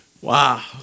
Wow